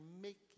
make